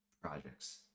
projects